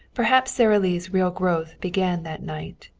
perhaps sara lee's real growth began that night,